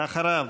ואחריו,